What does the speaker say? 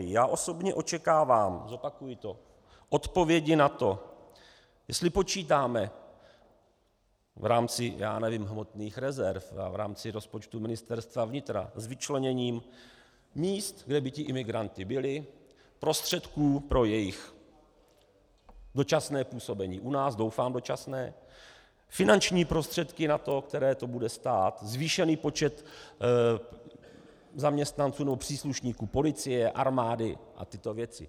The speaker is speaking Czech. Já osobně očekávám, zopakuji to, odpovědi na to, jestli počítáme v rámci, já nevím, hmotných rezerv, v rámci rozpočtu Ministerstva vnitra s vyčleněním míst, kde by ti imigranti byli, prostředků pro jejich dočasné působení u nás, doufám dočasné, finanční prostředky na to, které to bude stát, zvýšený počet zaměstnanců nebo příslušníků policie, armády a tyto věci.